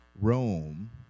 Rome